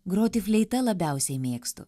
groti fleita labiausiai mėgstu